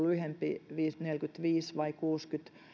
lyhyempi neljäkymmentäviisi vai kuusikymmentä